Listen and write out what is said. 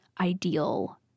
ideal